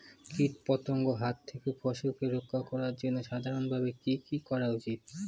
কীটপতঙ্গের হাত থেকে ফসলকে রক্ষা করার জন্য সাধারণভাবে কি কি করা উচিৎ?